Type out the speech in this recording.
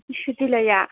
ꯁꯨꯇꯤ ꯂꯩꯌꯦ